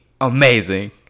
amazing